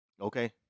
Okay